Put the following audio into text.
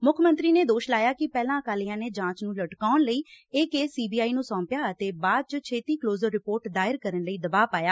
ਮੁੱਖ ਮੰਤਰੀ ਨੇ ਦੋਸ਼ ਲਾਇਆ ਕਿ ਪਹਿਲਾਂ ਅਕਾਲੀਆਂ ਨੇ ਜਾਂਚ ਨੂੰ ਲਟਕਾਉਣ ਲਈ ਇਹ ਕੇਸ ਸੀ ਬੀ ਆਈ ਨੂੰ ਸੋਂਪਿਆ ਅਤੇ ਬਾਅਦ ਚ ਛੇਤੀ ਕਲੋਜ਼ਰ ਰਿਧੋਰਟ ਦਾਇਰ ਕਰਨ ਲਈ ਦਬਾਅ ਪਾਇਆ